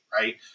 Right